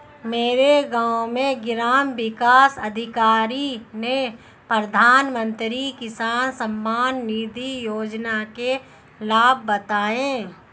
मेरे गांव में ग्राम विकास अधिकारी ने प्रधानमंत्री किसान सम्मान निधि योजना के लाभ बताएं